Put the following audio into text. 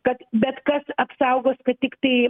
kad bet kas apsaugos kad tiktai